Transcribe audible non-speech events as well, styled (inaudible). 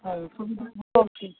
ହଉ (unintelligible)